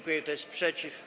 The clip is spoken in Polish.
Kto jest przeciw?